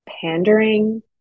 pandering